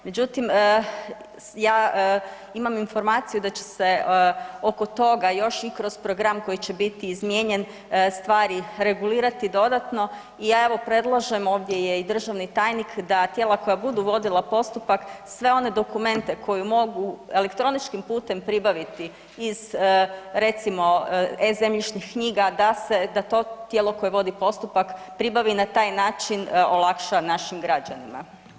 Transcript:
Međutim, ja imam informaciju da će se oko toga još i kroz program koji će biti izmijenjen stvari regulirati dodatno i ja evo predlažem, ovdje je i državni tajnik, da tijela koja budu vodila postupak sve one dokumente koje mogu elektroničkim putem pribaviti iz recimo e-zemljišnih knjiga, da se, da to tijelo koje vodi postupak pribavi na taj način, olakša našim građanima.